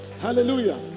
Hallelujah